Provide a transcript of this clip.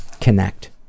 connect